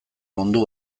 mundu